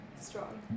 strong